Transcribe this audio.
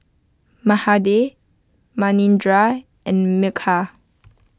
Mahade Manindra and Milkha